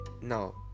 no